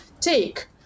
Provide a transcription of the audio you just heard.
take